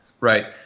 Right